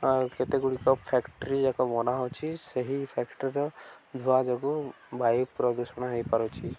ଆଉ କେତେଗୁଡ଼ିକ ଫ୍ୟାକ୍ଟ୍ରି ଯାକ ମନାହଉଛି ସେହି ଫ୍ୟାକ୍ଟ୍ରିର ଧୂଆଁ ଯୋଗୁଁ ବାୟୁ ପ୍ରଦୂଷଣ ହେଇପାରୁଛି